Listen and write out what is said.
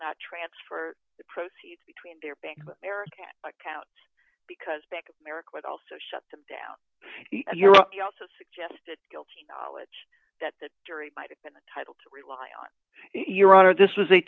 not transfer the proceeds between their bank of america account because bank of america with also shut them down you also suggested guilty knowledge that the jury might have been a title to rely on your honor this is a